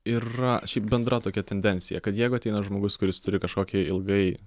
yra šiaip bendra tokia tendencija kad jeigu ateina žmogus kuris turi kažkokį ilgai